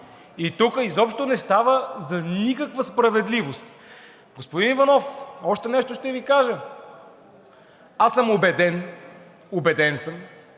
И тук изобщо не става дума за никаква справедливост! Господин Иванов, още нещо ще Ви кажа. Аз съм убеден – убеден съм,